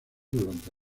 durante